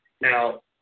Now